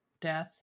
death